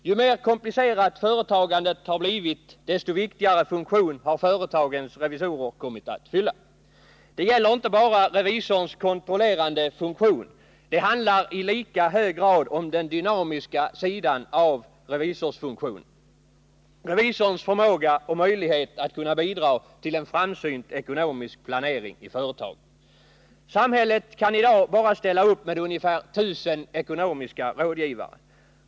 Ju mer komplicerat företagandet har blivit, desto viktigare funktion har företagens revisorer kommit att fylla. Det gäller inte bara revisorns kontrollerande funktion. Det handlar i lika hög grad om den dynamiska sidan av revisorsfunktionen: revisorns förmåga och möjlighet att bidra till en framsynt ekonomisk planering i företagen. Samhället kan i dag bara ställa upp med ungefär 1000 ekonomiska rådgivare.